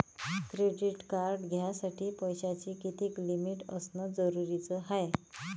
Credit card घ्यासाठी पैशाची कितीक लिमिट असनं जरुरीच हाय?